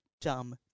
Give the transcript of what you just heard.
dumb